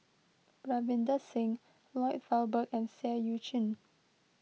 Ravinder Singh Lloyd Valberg and Seah Eu Chin